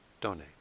donate